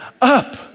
up